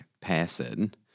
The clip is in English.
person-